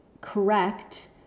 correct